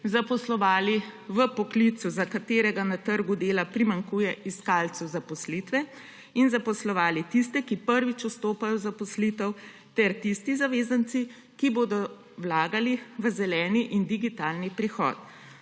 zaposlovali v poklicu, za katerega na trgu dela primanjkuje iskalcev zaposlitve, in zaposlovali tiste, ki prvič vstopajo v zaposlitev, ter tisti zavezanci, ki bodo vlagali v zeleni in digitalni prehod.